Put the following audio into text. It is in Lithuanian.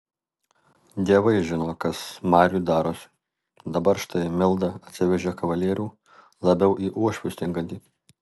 dievai žino kas mariui darosi dabar štai milda atsivežė kavalierių labiau į uošvius tinkantį